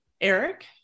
eric